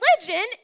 religion